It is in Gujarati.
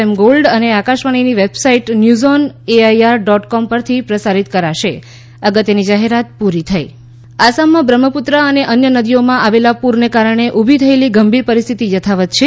એમ ગોલ્ડ આકાશવાણીની website news on AIR dot com પરથી પરથી પ્રસારીત કરાશે અગત્યની જાહેરાત પૂરી થઇ આસામ પુર આસામમાં બ્રહ્મપુત્રા અને અન્ય નદીઓમાં આવેલા પુરના કારણે ઉભી થયેલી ગંભીર પરિસ્થિતિ યથાવત્ છે